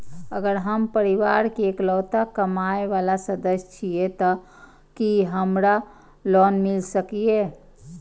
अगर हम परिवार के इकलौता कमाय वाला सदस्य छियै त की हमरा लोन मिल सकीए?